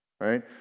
right